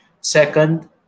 Second